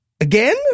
Again